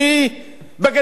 לא היה לי דרכון,